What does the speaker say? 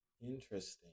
Interesting